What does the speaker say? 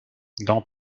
dans